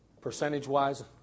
Percentage-wise